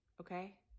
okay